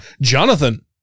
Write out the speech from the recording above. Jonathan